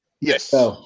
Yes